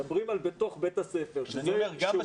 מדברים על מה קורה בתוך בית הספר שזה שירות